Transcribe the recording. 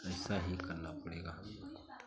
ऐसा ही करना पड़ेगा हम लोग को